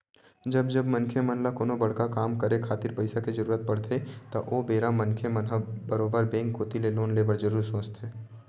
जब जब मनखे मन ल कोनो बड़का काम करे खातिर पइसा के जरुरत पड़थे त ओ बेरा मनखे मन ह बरोबर बेंक कोती ले लोन ले बर जरुर सोचथे